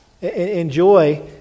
Enjoy